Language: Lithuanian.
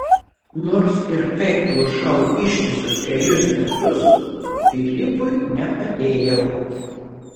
nors ir kaip plušau ištisus trejus metus filipui nepadėjau